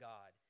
God